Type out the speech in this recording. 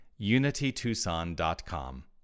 unitytucson.com